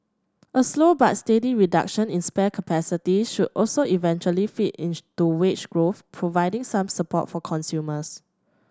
a slow but steady reduction in spare capacity should also eventually feed into wage growth providing some support for consumers